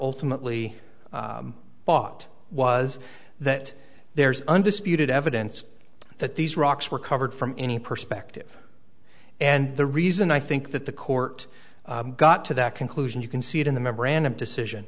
ultimately bought was that there is undisputed evidence that these rocks were covered from any perspective and the reason i think that the court got to that conclusion you can see it in the memorandum decision